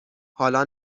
حالا